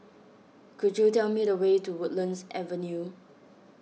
could you tell me the way to Woodlands Avenue